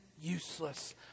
useless